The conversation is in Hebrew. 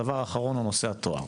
הדבר האחרון הוא נושא התואר.